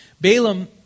Balaam